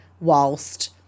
whilst